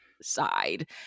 side